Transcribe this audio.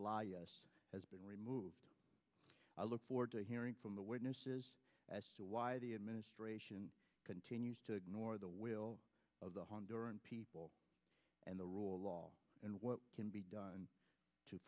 it has been removed i look forward to hearing from the witnesses as to why the administration continues to ignore the will of the honduran people and the rule of law and what can be done to